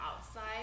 outside